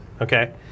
okay